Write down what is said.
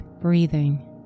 breathing